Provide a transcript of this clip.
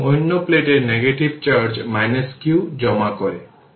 সুতরাং মূলত জেনে রাখুন যে কোন স্ট্রেটলাইন এর যেকোন ইকুয়েশন অরিজিন এর মধ্য দিয়ে যাচ্ছে y mx c